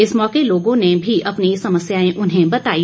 इस मौके लोगों ने भी अपनी समस्याएं उन्हें बताई